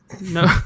No